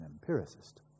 empiricist